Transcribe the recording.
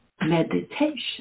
meditation